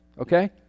Okay